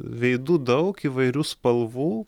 veidų daug įvairių spalvų